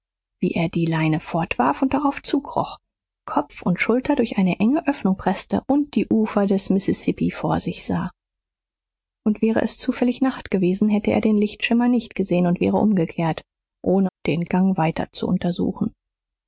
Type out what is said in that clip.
wie er die leine fortwarf und darauf zukroch kopf und schultern durch eine enge öffnung preßte und die ufer des mississippi vor sich sah und wäre es zufällig nacht gewesen hätte er den lichtschimmer nicht gesehen und wäre umgekehrt ohne den gang weiter zu untersuchen